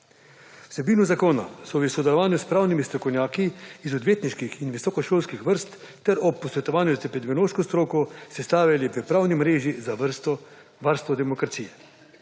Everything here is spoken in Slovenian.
Vsebino zakona so v sodelovanju s pravnimi strokovnjaki iz odvetniških in visokošolskih vrst ter ob posvetovanju z epidemiološko stroko sestavili pri Pravni mreži za varstvo demokracije.